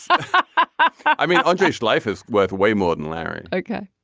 so i mean all jewish life is worth way more than larry. okay.